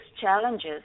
challenges